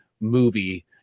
movie